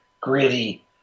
gritty